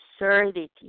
absurdity